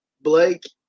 Blake